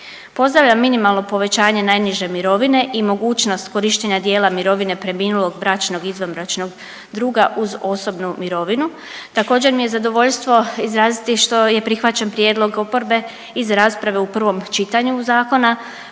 Pozdravljam minimalno povećanje najniže mirovine i mogućnost korištenja dijela mirovine preminulog bračnog/izvanbračnog druga uz osobnu mirovinu. Također mi je zadovoljstvo izraziti što je prihvaćen prijedlog oporbe iz rasprave u prvom čitanju zakona